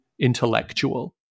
intellectual